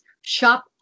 shop